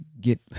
get